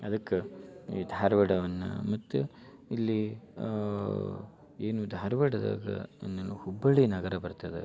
ಅದಕ್ಕೆ ಈ ಧಾರವಾಡವನ್ನ ಮತ್ತು ಇಲ್ಲಿ ಏನು ಧಾರವಾಡದಾಗ ಹುಬ್ಬಳ್ಳಿ ನಗರ ಬರ್ತದೆ